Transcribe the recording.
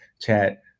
chat